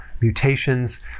mutations